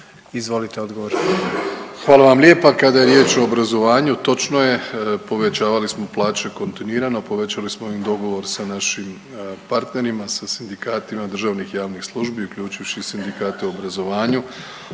Andrej (HDZ)** Hvala vam lijepa. Kada je riječ o obrazovanju, točno je, povećavali smo plaće kontinuirano, povećali smo i dogovor sa našim partnerima, sa sindikatima državnih i javnih službi, uključivši sindikate u obrazovanju.